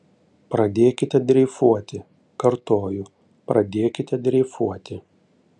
pradėkite dreifuoti kartoju pradėkite dreifuoti